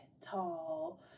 tall